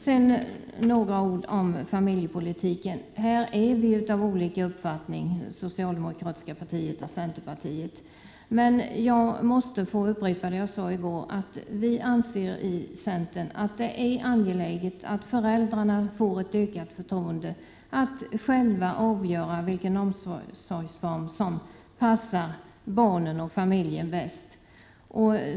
Sedan några ord om familjepolitiken: Här har socialdemokratiska partiet och centerpartiet olika uppfattningar. Jag måste få upprepa det jag sade i går. I centern anser vi att det är angeläget att föräldrarna får ett ökat förtroende att själva avgöra vilken omsorg som passar barnen och familjen bäst.